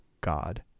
God